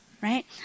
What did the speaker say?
Right